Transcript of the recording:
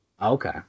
Okay